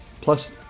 Plus